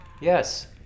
Yes